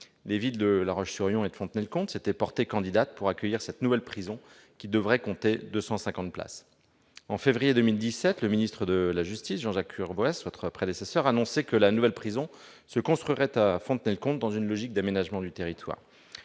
Les villes de La Roche-sur-Yon et de Fontenay-le-Comte s'étaient portées candidates pour accueillir cette nouvelle prison, qui devrait compter 250 places. Au mois de février 2017, le ministre de la justice, Jean-Jacques Urvoas, votre prédécesseur, annonçait que la nouvelle prison serait construite à Fontenay-le-Comte, dans une logique d'aménagement du territoire.